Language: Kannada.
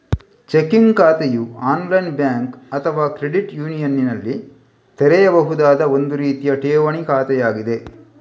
ಚೆಕ್ಕಿಂಗ್ ಖಾತೆಯು ಆನ್ಲೈನ್ ಬ್ಯಾಂಕ್ ಅಥವಾ ಕ್ರೆಡಿಟ್ ಯೂನಿಯನಿನಲ್ಲಿ ತೆರೆಯಬಹುದಾದ ಒಂದು ರೀತಿಯ ಠೇವಣಿ ಖಾತೆಯಾಗಿದೆ